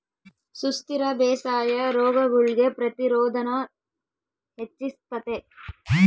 ಸುಸ್ಥಿರ ಬೇಸಾಯಾ ರೋಗಗುಳ್ಗೆ ಪ್ರತಿರೋಧಾನ ಹೆಚ್ಚಿಸ್ತತೆ